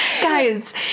guys